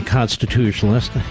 constitutionalist